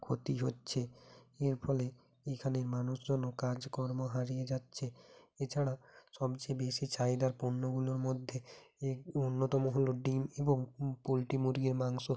ক্ষতি হচ্ছে এর ফলে এখানের মানুষজনও কাজকর্ম হারিয়ে যাচ্ছে এছাড়া সবচেয়ে বেশি চাহিদার পণ্যগুলোর মধ্যে এ অন্যতম হল ডিম এবং পোলট্রি মুরগির মাংস